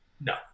No